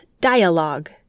dialogue